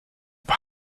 are